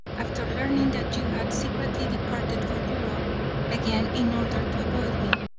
after learning that you had secretly departed for europe again in order to avoid me,